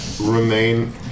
remain